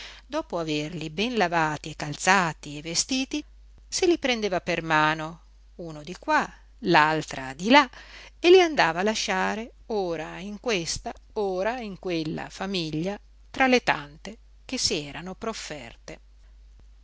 dopo averli ben lavati e calzati e vestiti se li prendeva per mano uno di qua l'altra di là e li andava a lasciare ora in questa ora in quella famiglia tra le tante che si erano profferte